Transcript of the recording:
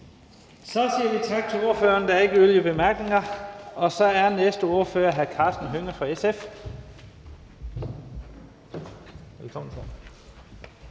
Så siger vi tak til ordføreren. Der er ikke yderligere korte bemærkninger. Så er næste ordfører hr. Karsten Hønge fra SF. Velkommen. Kl.